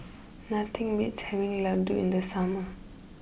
nothing beats having Ladoo in the summer